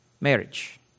Marriage